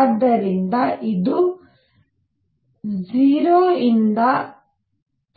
ಆದ್ದರಿಂದ ಇದು 0